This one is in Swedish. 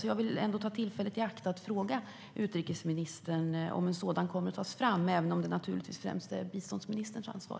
Jag vill ta tillfället i akt att fråga utrikesministern om en sådan kommer att tas fram, även om det naturligtvis främst är biståndsministerns ansvar.